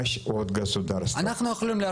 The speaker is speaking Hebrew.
משרד הקליטה לא כל כך --- הבנתי.